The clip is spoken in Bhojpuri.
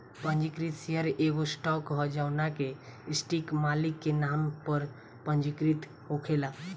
पंजीकृत शेयर एगो स्टॉक ह जवना के सटीक मालिक के नाम पर पंजीकृत होखेला